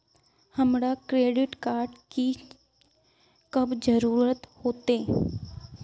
हमरा credit card की कब जरूरत होते?